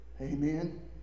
Amen